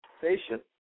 patient